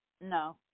No